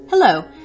Hello